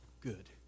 good